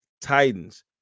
Titans